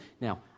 Now